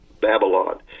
Babylon